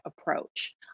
approach